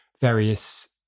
various